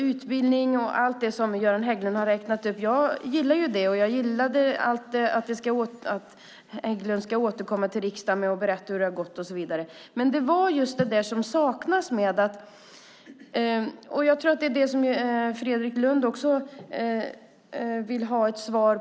Utbildning och allt det som Göran Hägglund har räknat upp gillar jag. Jag gillar att Hägglund ska återkomma till riksdagen och berätta hur det har gått och så vidare. Men det saknades något. Jag tror att Fredrik Lundh också vill ha ett svar.